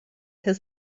his